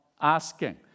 asking